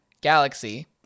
galaxy